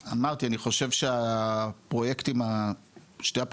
אמרתי, אני חושב ששני הפרויקטים הראשונים,